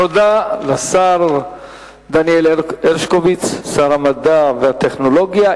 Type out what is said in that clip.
תודה לשר דניאל הרשקוביץ, שר המדע והטכנולוגיה.